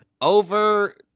over